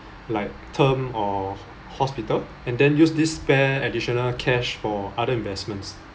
like term or hospital and then use this spare additional cash for other investments